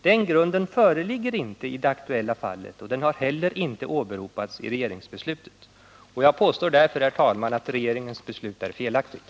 Den grunden föreligger inte i det aktuella fallet, och den har heller inte åberopats i regeringsbeslutet. Jag påstår därför, herr talman, att regeringens beslut är felaktigt.